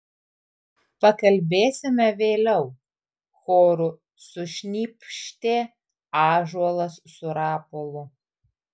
pakalbėsime vėliau choru sušnypštė ąžuolas su rapolu